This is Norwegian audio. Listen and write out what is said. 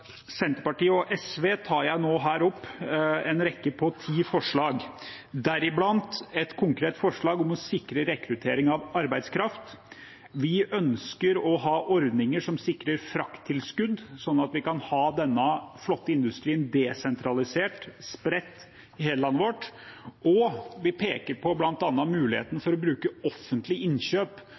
tar nå opp en rekke på ti forslag som vi fremmer sammen med Senterpartiet og SV, deriblant et konkret forslag om å sikre rekruttering av arbeidskraft. Vi ønsker å ha ordninger som sikrer frakttilskudd, sånn at vi kan ha denne flotte industrien desentralisert, spredt over hele landet vårt, og vi peker på bl.a. muligheten for å bruke offentlige innkjøp